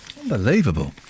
Unbelievable